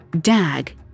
Dag